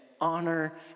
honor